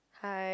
hi